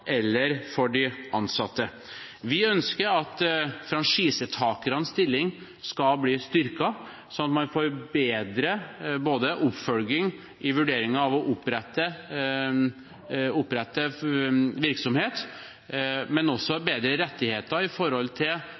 eller for de ansatte. Vi ønsker at franchisetakernes stilling skal bli styrket, slik at man får bedre oppfølging i vurderingen av å opprette virksomhet, men også bedre rettigheter i forhold til